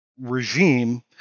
regime